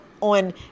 on